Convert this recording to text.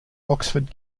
oxford